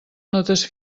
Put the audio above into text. notes